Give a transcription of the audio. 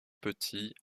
petits